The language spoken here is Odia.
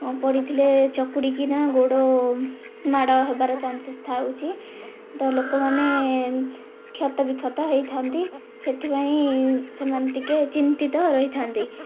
ପଡ଼ିଥିଲେ ଚକୁଡ଼ିକି ନା ଗୋଡ଼ ମାଡ଼ ହେବାର ଚାନ୍ସେସ୍ ଥାଉଛି ତ ଲୋକମାନେ କ୍ଷତବିକ୍ଷତ ହୋଇଥାନ୍ତି ସେଥିପାଇଁ ସେମାନେ ଟିକିଏ ଚିନ୍ତିତ ରହିଥାନ୍ତି